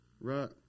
right